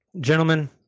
Gentlemen